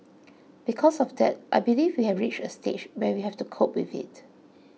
because of that I believe we have reached a stage where we have to cope with it